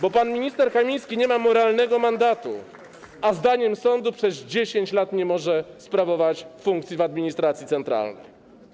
Bo pan minister Kamiński nie ma moralnego mandatu, a zdaniem sądu przez 10 lat nie może sprawować funkcji w administracji centralnej.